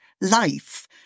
life